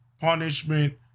punishment